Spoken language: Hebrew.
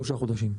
שלושה חודשים.